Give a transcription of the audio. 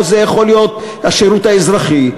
או זה יכול להיות השירות האזרחי,